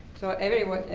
so everyone,